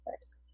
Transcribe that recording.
first